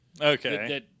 Okay